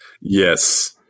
Yes